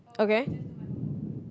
okay